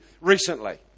recently